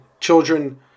children